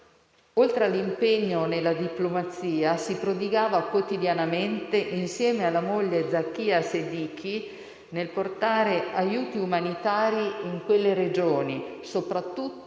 Oltre all'impegno nella diplomazia, si prodigava quotidianamente - insieme alla moglie Zakia Seddiki - nel portare aiuti umanitari in quelle regioni, soprattutto